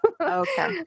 okay